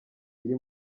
iri